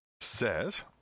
Says